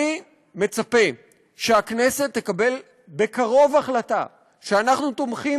אני מצפה שהכנסת תקבל בקרוב החלטה שאנחנו תומכים